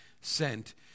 sent